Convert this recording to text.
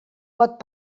pot